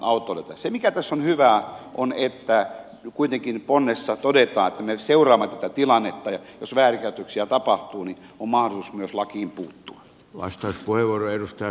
se mikä tässä on hyvää on se että ponnessa kuitenkin todetaan että me seuraamme tätä tilannetta ja jos väärinkäytöksiä tapahtuu lakiin on mahdollisuus myös puuttua